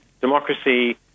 democracy